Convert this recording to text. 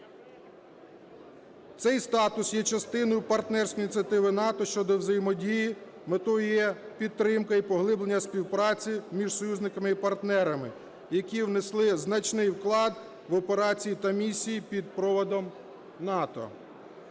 Цей статус є частиною партнерської ініціативи НАТО щодо взаємодії. Метою є підтримка і поглиблення співпраці між союзниками і партнерами, які внесли значний вклад в операції та місії під проводом НАТО.